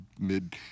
mid